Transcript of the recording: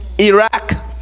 iraq